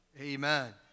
Amen